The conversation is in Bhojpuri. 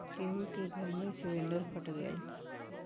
केहु के घर मे सिलिन्डर फट गयल